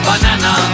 Banana